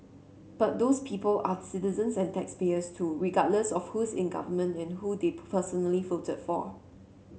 but those people are citizens and taxpayers too regardless of who's in government and who they personally voted for